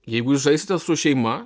jeigu žaisite jūs su šeima